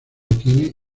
tiene